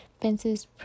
fences